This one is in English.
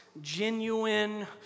genuine